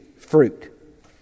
fruit